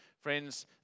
Friends